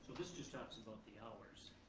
this just talks about the hours.